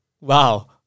Wow